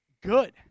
good